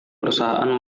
perusahaan